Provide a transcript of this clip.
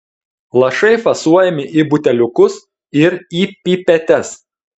lašai fasuojami į buteliukus ir į pipetes